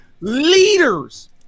leaders